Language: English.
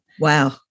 Wow